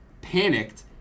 panicked